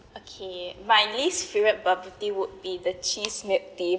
okay my least favorite bubble tea would be the cheese milk tea